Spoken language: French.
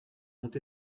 ont